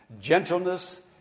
Gentleness